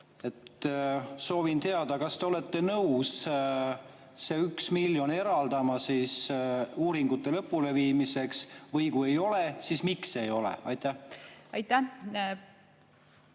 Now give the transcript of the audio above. Soovin teada, kas te olete nõus selle 1 miljoni eraldama uuringute lõpuleviimiseks. Või kui ei ole, siis miks ei ole? Aitäh,